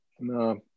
No